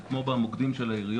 זה כמו במוקדים של העיריות,